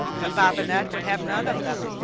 but bobinette would have none of them.